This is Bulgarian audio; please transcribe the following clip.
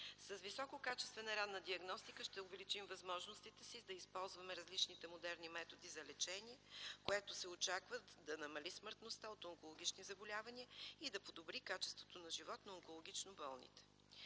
С висококачествена ранна диагностика ще увеличим възможностите си да използваме различните модерни методи за лечение, което се очаква да намали смъртността от онкологични заболявания и да подобри качеството на живот на онкологично болните.